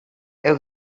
heu